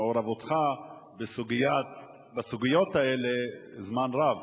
מעורבותך בסוגיות האלה זמן רב,